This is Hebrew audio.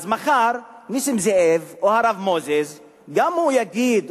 אז מחר נסים זאב או הרב מוזס גם הוא יגיד,